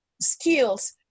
skills